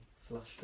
Flushed